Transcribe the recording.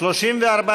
סף המעבר),